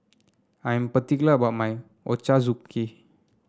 I am particular about my Ochazuke